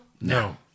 No